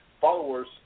followers